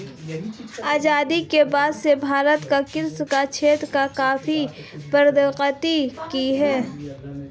आजादी के बाद से भारत ने कृषि के क्षेत्र में काफी प्रगति की है